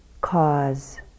cause